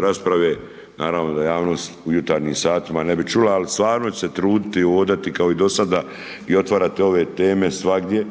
rasprave, naravno da javnost u jutarnjim satima ne bi čula ali stvarno ću se truditi i hodati kao i dosada i otvarati ove teme svagdje,